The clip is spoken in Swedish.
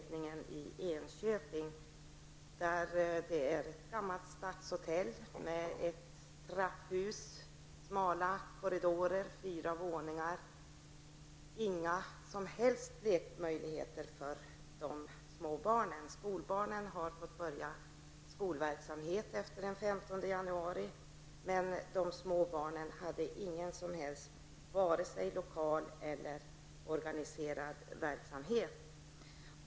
Men i Enköping rör det sig om ett gammalt stadshotell med trapphus, smala korridorer och fyra våningar. Det finns inga som helst lekmöjligheter för de små barnen. Skolbarnen fick den 15 januari börja skolverksamhet, men för de små barnen fanns det varken lokal eller organiserad verksamhet.